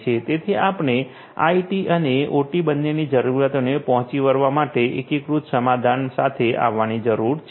તેથી આપણે આઇટી અને ઓટી બંનેની જરૂરિયાતોને પહોંચી વળવા માટે એકીકૃત સમાધાન સાથે આવવાની જરૂર છે